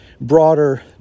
broader